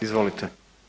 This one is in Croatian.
Izvolite.